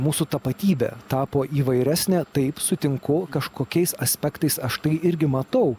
mūsų tapatybė tapo įvairesnė taip sutinku kažkokiais aspektais aš tai irgi matau